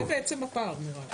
זה בעצם הפער, נראה לי.